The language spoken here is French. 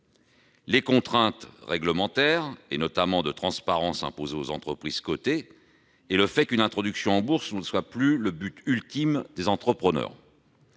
les contraintes réglementaires, notamment les obligations de transparence imposées aux entreprises cotées ; enfin, le fait qu'une introduction en bourse ne soit plus le but ultime des entrepreneurs.